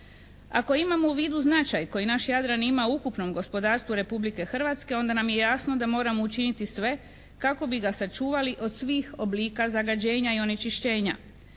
Ako imamo u vidu značaj koji naš Jadran ima u ukupnom gospodarstvu Republike Hrvatske onda nam je jasno da moramo učiniti sve kako bi ga sačuvali od svih oblika zagađenja i onečišćenja.